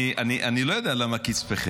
אני לא יודע על מה יוצא קצפכם.